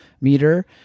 meter